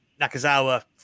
Nakazawa